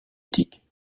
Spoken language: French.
éthiques